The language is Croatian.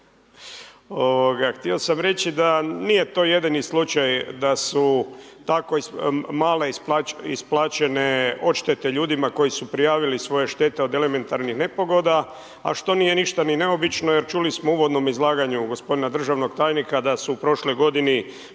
Htio sam reći, da nije to jedini slučaj, da su tako male isplaćene odštete ljudima koji su prijavili svoje štete od elementarnih nepogoda, a što nije ništa ni neobično, jer čuli smo u uvodnom izlaganju gospodina državnog tajnika, da su u prošloj